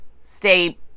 stay